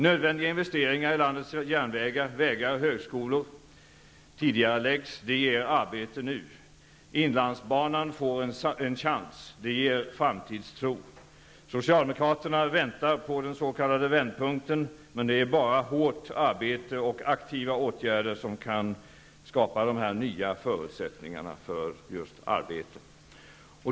Nödvändiga investeringar i landets järnvägar, vägar och högskolor tidigareläggs -- det ger arbete nu. Inlandsbanan får en chans -- det ger framtidstro. vändpunkten. Men det är bara hårt arbete och aktiva åtgärder som kan skapa nya förutsättningar för arbete.